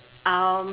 um